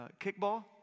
kickball